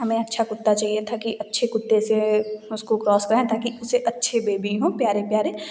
हमें अच्छा कुत्ता चाहिए था कि अच्छे कुत्ते से उसको क्रॉस कराए ताकि उसे अच्छे बेबी हो प्यारे प्यारे